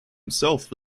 itself